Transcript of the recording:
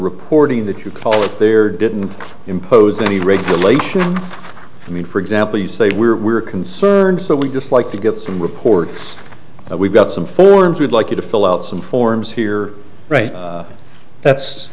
reporting that you call it there didn't impose any regulation i mean for example you say we were concerned that we just like to get some reports that we've got some forms we'd like you to fill out some forms here right that's